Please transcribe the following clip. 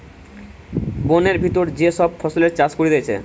বোনের ভিতর যে সব ফসলের চাষ করতিছে